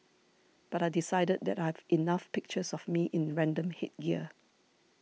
but I decided that I've enough pictures of me in random headgear